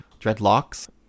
dreadlocks